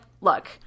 look